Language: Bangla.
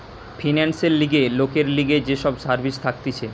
ফিন্যান্সের লিগে লোকের লিগে যে সব সার্ভিস থাকতিছে